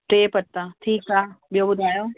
टे पत्ता ठीकु आहे ॿियो ॿुधायो